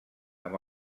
amb